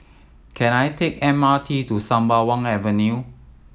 can I take the M R T to Sembawang Avenue